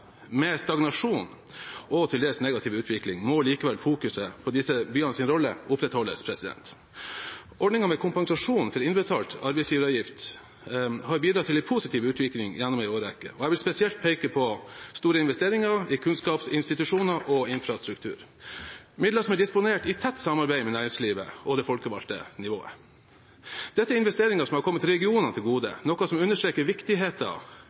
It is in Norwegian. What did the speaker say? med stagnasjon og til dels negativ utvikling, må likevel fokuset på disse byenes rolle opprettholdes. Ordningen med kompensasjon for innbetalt arbeidsgiveravgift har bidratt til en positiv utvikling gjennom en årrekke. Jeg vil spesielt peke på store investeringer i kunnskapsinstitusjoner og infrastruktur, midler som er disponert i tett samarbeid med næringslivet og det folkevalgte nivået. Dette er investeringer som har kommet regionene til gode, noe som understreker viktigheten